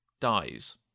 dies